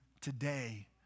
today